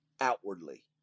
outwardly